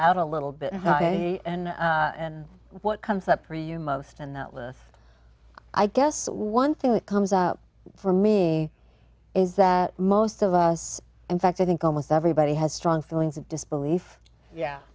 out a little bit and what comes up for you most in that length i guess one thing that comes up for me is that most of us in fact i think almost everybody has strong feelings of disbelief yeah